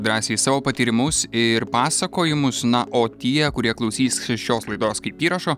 drąsiai savo patyrimus ir pasakojimus na o tie kurie klausys šios laidos kaip įrašo